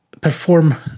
perform